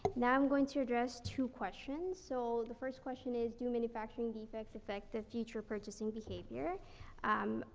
now i'm going to address two questions. so the first question is, do manufacturing defects affect the future purchasing behaviour um,